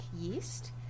Yeast